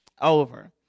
over